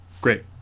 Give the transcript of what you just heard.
Great